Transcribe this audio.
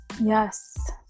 yes